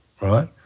right